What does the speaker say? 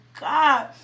god